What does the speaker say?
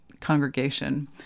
congregation